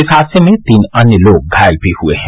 इस हादसे में तीन अन्य लोग घायल भी हुये हैं